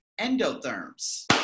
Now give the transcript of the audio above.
endotherms